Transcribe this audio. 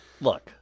Look